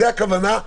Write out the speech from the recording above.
זו הכוונה.